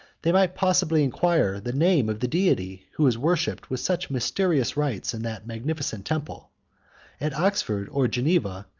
they might possibly inquire the name of the deity who is worshipped with such mysterious rites in that magnificent temple at oxford or geneva,